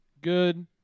Good